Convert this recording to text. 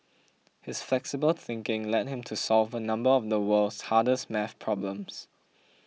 his flexible thinking led him to solve a number of the world's hardest math problems